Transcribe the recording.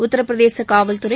உத்தரப்பிரதேச காவல்துறை